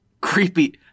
creepy